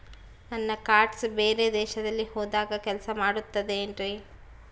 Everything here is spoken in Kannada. ನನ್ನ ಕಾರ್ಡ್ಸ್ ಬೇರೆ ದೇಶದಲ್ಲಿ ಹೋದಾಗ ಕೆಲಸ ಮಾಡುತ್ತದೆ ಏನ್ರಿ?